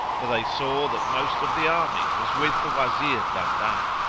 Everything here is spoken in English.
for they saw that most of the army was with the wazir dandan.